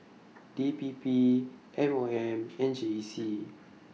D P P M O M and J C